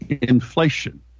inflation